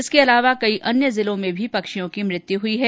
इसके अलावा कई अन्य जिलों में भी पक्षियों की मृत्यु हई हैं